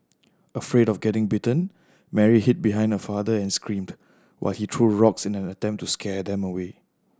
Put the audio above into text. afraid of getting bitten Mary hid behind her father and screamed while he threw rocks in an attempt to scare them away